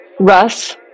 Russ